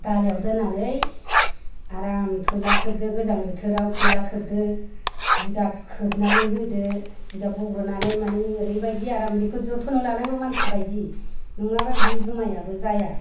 दालायाव दोननानै आराम थइला खोबदो गोजां बोथोराव थइला खोबदो जिगाब खोबनानै होदो जिगाब बग्रोनानै मानि ओरैबायदि आराम बेखौ जथ्न' लानांगौ मानसि बायदि नङाबा बे जुमायआबो जाया